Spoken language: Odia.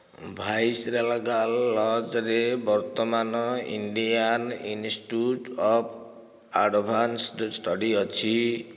ଭାଇସରେଗାଲ୍ ଲଜ୍ରେ ବର୍ତ୍ତମାନ Indian Institute of Advanced Study ଅଛି